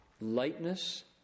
lightness